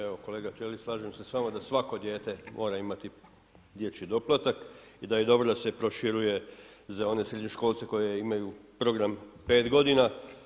Evo kolega Ćelić slažem se s vama da svako dijete mora imati dječji doplatak i da je dobro da se proširuje za one srednjoškolce koji imaju program pet godina.